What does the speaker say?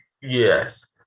yes